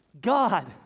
God